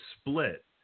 split